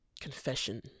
Confession